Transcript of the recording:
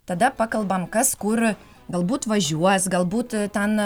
tada pakalbam kas kur galbūt važiuos galbūt ten